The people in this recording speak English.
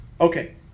Okay